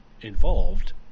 involved